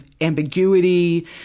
ambiguity